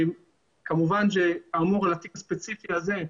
כמובן שהאמור על התיק הספציפי הזה,